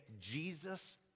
Jesus